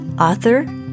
author